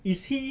is he